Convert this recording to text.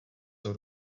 tou